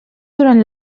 durant